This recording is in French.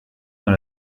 dans